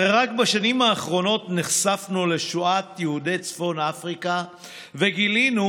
הרי רק בשנים האחרונות נחשפנו לשואת יהודי צפון אפריקה וגילינו,